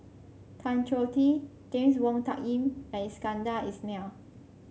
Tan Choh Tee James Wong Tuck Yim and Iskandar Ismail